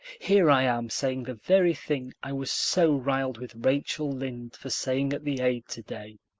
here i am saying the very thing i was so riled with rachel lynde for saying at the aid today.